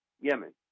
Yemen